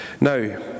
Now